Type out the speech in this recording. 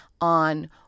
on